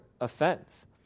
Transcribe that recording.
offense